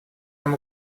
нам